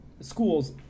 schools